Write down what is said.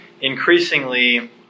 increasingly